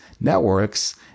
networks